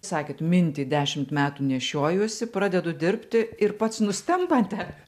sakėt mintį dešimt metų nešiojuosi pradedu dirbti ir pats nustembate